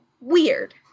weird